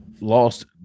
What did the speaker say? lost